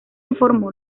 informó